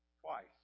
twice